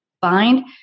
find